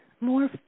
more